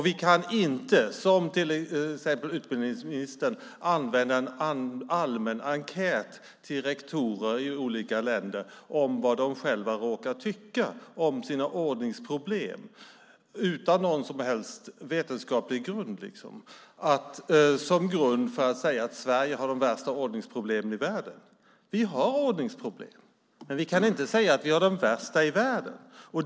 Vi kan inte, som till exempel utbildningsministern, använda en allmän enkät till rektorer i olika länder om vad de själva råkar tycka om sina ordningsproblem - utan någon som helst vetenskaplig grund - som bevis för att säga att Sverige har de värsta ordningsproblemen i världen. Vi har ordningsproblem. Vi kan dock inte säga att vi har de värsta i världen.